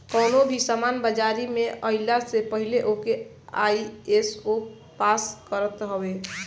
कवनो भी सामान बाजारी में आइला से पहिले ओके आई.एस.ओ पास करत हवे